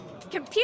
Computer